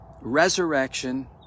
resurrection